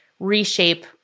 reshape